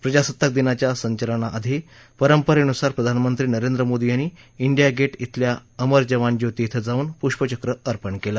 प्रजासत्ताक दिनाच्या संचलनाआधी परंपरेनुसार प्रधानमंत्री नरेंद्र मोदी यांनी डिया गेट बेल्या अमर जवान ज्योती बे जाऊन पुष्पचक्र अर्पण केलं